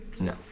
No